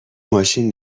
ماشین